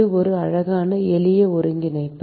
இது ஒரு அழகான எளிய ஒருங்கிணைப்பு